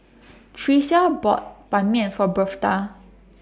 Tricia bought Ban Mian For Birthda